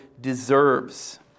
deserves